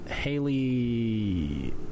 haley